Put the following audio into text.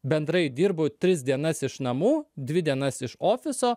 bendrai dirbu tris dienas iš namų dvi dienas iš ofiso